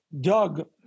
Doug